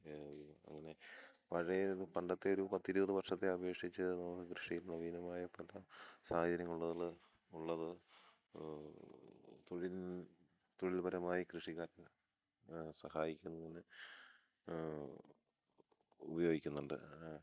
അങ്ങനെ പഴയ ഒരു പണ്ടത്തെ ഒരു പത്തിരുപത് വർഷത്തെ അപേക്ഷിച്ച് നമുക്ക് കൃഷിയിൽ നവീനമായ പല സാഹചര്യങ്ങളുള്ള ഉള്ളത് തൊഴിൽ തൊഴിൽപരമായി കൃഷിക്കാർക്ക് സഹായിക്കുന്നതിന് ഉപയോഗിക്കുന്നുണ്ട്